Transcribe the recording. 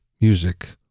music